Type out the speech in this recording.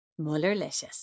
Mullerlicious